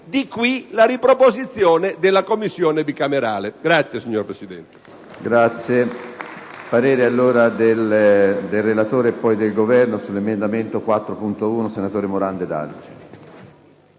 nasce la riproposizione della Commissione bicamerale.